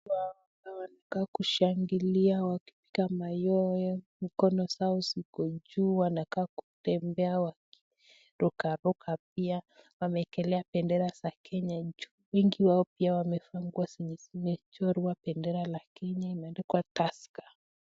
.... kushangingia wakipiga mayowe, mkono zao ziko juu. wanakaa kutembea wakirukaruka pia. Wamewekelea bendera za kenya juu, wengi wao pia wamevaa nguo zenye zimechorwa bendera lakini zimeandikwa tusker .